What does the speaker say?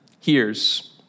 hears